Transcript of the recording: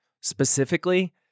specifically